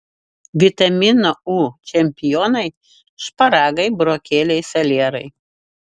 vitamino u čempionai šparagai burokėliai salierai